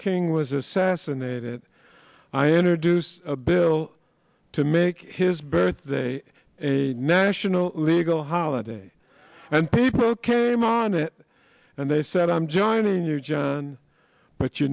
king was assassinated i enter dues a bill to make his birthday a national legal holiday and people came on it and they said i'm joining you john but you